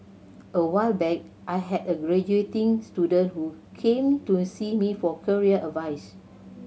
a while back I had a graduating student who came to see me for career advice